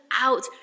out